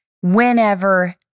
whenever